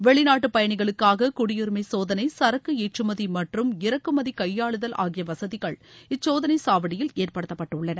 வெளிநாட்டுபயனிகளுக்காககுடியுரிமைசோதனை சரக்குஏற்றுமதிமற்றும் இறக்குமதிகையாளுதல் ஆகியவசதிகள் இச்சோதனைசாவடியில் ஏற்படுத்தப்பட்டுள்ளன